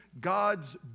God's